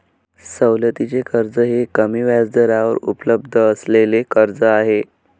सवलतीचे कर्ज हे कमी व्याजदरावर उपलब्ध असलेले कर्ज आहे